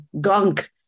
gunk